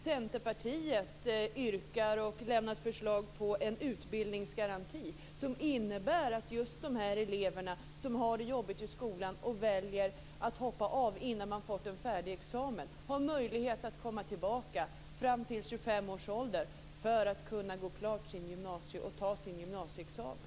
Centerpartiet yrkar på och har lämnat förslag till en utbildningsgaranti som innebär att just de elever som har det jobbigt i skolan och väljer att hoppa av innan de har fått en färdig examen har möjlighet att komma tillbaka fram till 25 års ålder för att gå klart och ta sin gymnasieexamen.